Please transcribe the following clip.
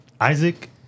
Isaac